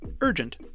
urgent